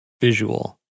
visual